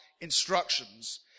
Instructions